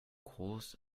groß